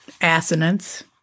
Assonance